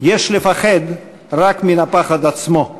"יש לפחד רק מהפחד עצמו,